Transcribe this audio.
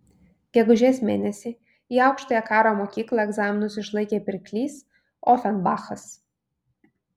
gegužės mėnesį į aukštąją karo mokyklą egzaminus išlaikė pirklys ofenbachas